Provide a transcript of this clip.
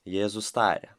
jėzus tarė